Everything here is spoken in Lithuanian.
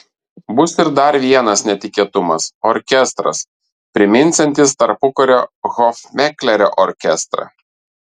bus ir dar vienas netikėtumas orkestras priminsiantis tarpukario hofmeklerio orkestrą